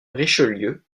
richelieu